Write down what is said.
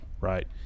right